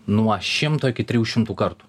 nuo šimto iki trijų šimtų kartų